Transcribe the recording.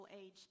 age